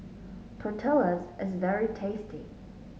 tortillas is very tasty